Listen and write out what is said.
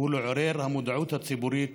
היא לעורר את המודעות הציבורית